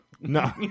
No